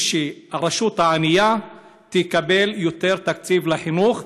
רשות ענייה תקבל יותר תקציב לחינוך,